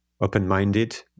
open-minded